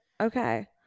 Okay